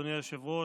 אדוני היושב-ראש,